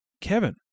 Kevin